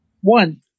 One